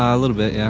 a little bit, yeah.